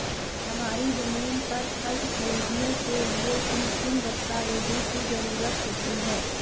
हमारी ज़मीन पर कर्ज ख़रीदने के लिए किन किन दस्तावेजों की जरूरत होती है?